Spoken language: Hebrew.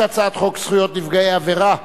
ההצעה להעביר את הצעת חוק זכויות נפגעי עבירה (תיקון,